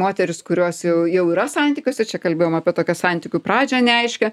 moterys kurios jau jau yra santykiuose čia kalbėjom apie tokią santykių pradžią neaiškią